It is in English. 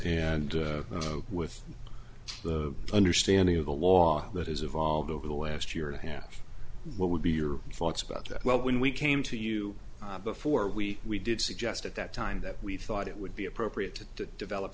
d with the understanding of the law that is evolved over the last year and a half what would be your thoughts about that well when we came to you before we we did suggest at that time that we thought it would be appropriate to develop